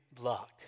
luck